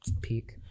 Peak